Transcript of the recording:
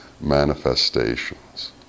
manifestations